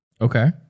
Okay